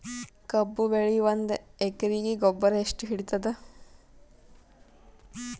ಕಬ್ಬು ಬೆಳಿ ಒಂದ್ ಎಕರಿಗಿ ಗೊಬ್ಬರ ಎಷ್ಟು ಹಿಡೀತದ?